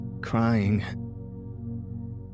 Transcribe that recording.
crying